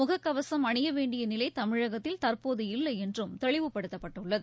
முகக்கவசம் அணியவேண்டிய நிலை தமிழகத்தில் தற்போது இல்லை என்றும் தெளிவுபடுத்தப்பட்டுள்ளது